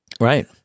Right